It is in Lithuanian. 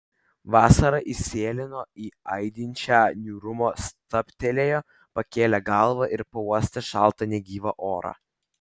vasara įsėlino į aidinčią niūrumą stabtelėjo pakėlė galvą ir pauostė šaltą negyvą orą